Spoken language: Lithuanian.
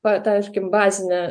pa taiškim bazinę